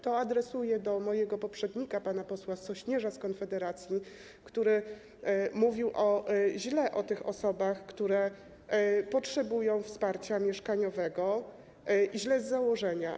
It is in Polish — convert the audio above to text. To adresuję do mojego poprzednika, pana posła Sośnierza z Konfederacji, który mówił źle o tych osobach, które potrzebują wsparcia mieszkaniowego, źle z założenia.